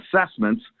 assessments